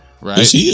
right